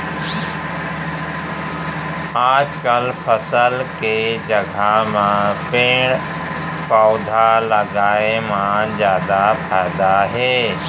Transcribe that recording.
आजकाल फसल के जघा म पेड़ पउधा लगाए म जादा फायदा हे